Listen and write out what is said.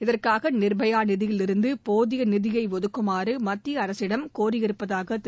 இதற்காக நிர்பயா நிதியிலிருந்து போதிய நிதியை ஒதுக்குமாறு மத்திய அரசிடம் கோரியிருப்பதாக திரு